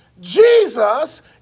Jesus